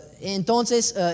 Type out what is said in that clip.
Entonces